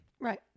Right